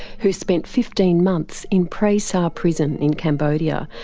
who spent fifteen months in prey sar prison in cambodia,